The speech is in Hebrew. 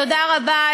תודה רבה,